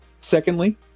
secondly